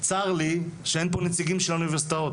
צר לי שאין פה נציגים של האוניברסיטאות.